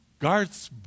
Garth's